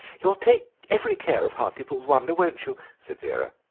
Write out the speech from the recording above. you'll take every care of hartlepool's wonder, won't you? said vera.